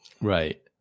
right